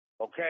Okay